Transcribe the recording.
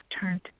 turned